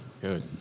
Good